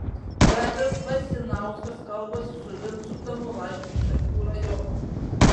petras vasinauskas kalbasi su vincu tamulaičiu iš šakių rajono